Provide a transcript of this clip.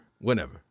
Whenever